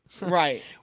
Right